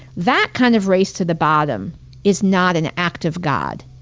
that kind of race to the bottom is not an act of god.